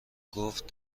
گفت